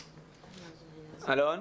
בבקשה, אלון.